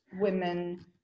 women